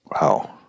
Wow